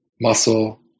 muscle